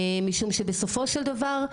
משום שבסופו של דבר,